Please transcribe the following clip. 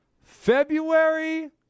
February